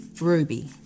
Ruby